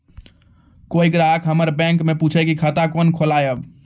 कोय ग्राहक हमर बैक मैं पुछे की खाता कोना खोलायब?